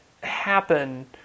happen